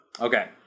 Okay